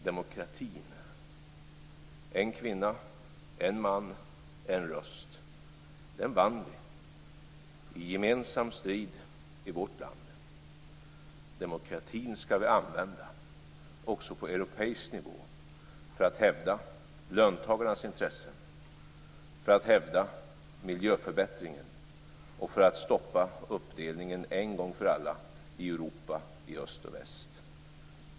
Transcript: Demokratin - en kvinna, en man, en röst - vann vi i gemensam strid i vårt land. Demokratin skall vi använda också på europeisk nivå för att hävda löntagarnas intressen, för att hävda miljöförbättringen och för att stoppa uppdelningen en gång för alla i Europa i öst och väst.